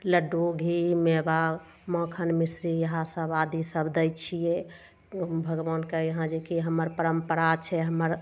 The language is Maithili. लड्डू घी मेवा माखन मिश्री इएह सब आदि सब दै छियै भगवानके यहाँ जे कि हमर परम्परा छै हमर